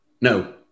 No